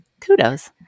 kudos